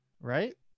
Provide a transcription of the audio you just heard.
Right